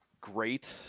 great